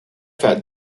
fat